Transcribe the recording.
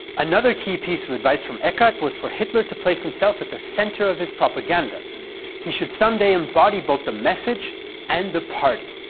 another key piece of advice from eckart was for hitler to place himself at the centre of his propaganda he should someday embody both the message and the party.